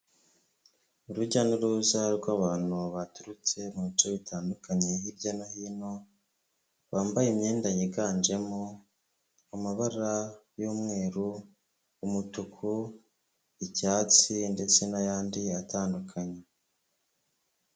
Urujya n'uruza rw'abantu baturutse mu bice bitandukanye hirya no hino, bambaye imyenda yiganjemo amabara y'umweru, umutuku, icyatsi ndetse n'ayandi atandukanye.